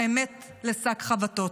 האמת, לשק חבטות.